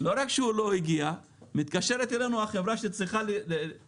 לא רק שהוא לא הגיע-מתקשרת אלינו החברה שצריכה להביא